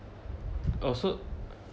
err oh so